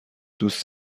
دوست